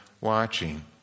Watching